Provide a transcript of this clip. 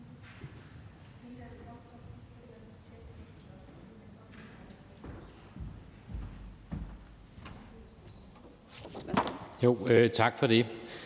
Tak for det.